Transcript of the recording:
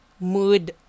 Mood